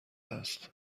است